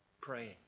praying